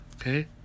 Okay